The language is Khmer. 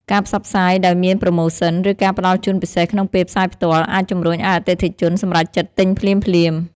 ការផ្សព្វផ្សាយដោយមានប្រូម៉ូសិន ឬការផ្តល់ជូនពិសេសក្នុងពេលផ្សាយផ្ទាល់ អាចជំរុញឲ្យអតិថិជនសម្រេចចិត្តទិញភ្លាមៗ។